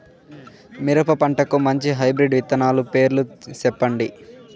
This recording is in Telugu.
మిరప పంటకు మంచి హైబ్రిడ్ విత్తనాలు పేర్లు సెప్పండి?